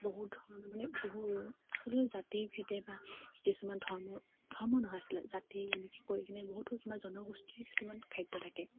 বহুত মানে বহুত আচলতে জাতি ভেদে বা কিছুমান ধৰ্মীয় ধৰ্ম নহয় আচলতে জাতি এনেকে কৈ কিনে বহুতো কিবা জনগোষ্ঠীৰ কিছুমান খাদ্য থাকে